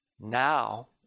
now